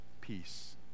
Peace